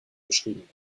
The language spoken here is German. beschrieben